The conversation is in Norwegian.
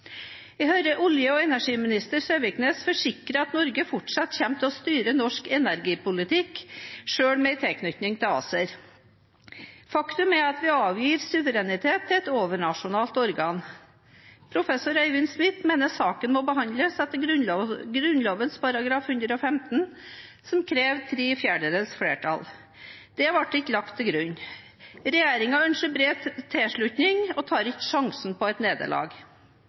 Jeg hører olje- og energiminister Søviknes forsikre om at Norge fortsatt kommer til å styre norsk energipolitikk, selv med en tilknytning til ACER. Faktum er at vi avgir suverenitet til et overnasjonalt organ. Professor Eivind Smith mener saken må behandles etter Grunnloven § 115, som krever tre fjerdedels flertall. Det ble ikke lagt til grunn. Regjeringen ønsker bred tilslutning, og tar ikke sjansen på et nederlag.